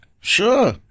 Sure